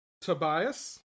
Tobias